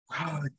Wow